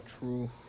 True